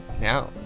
Now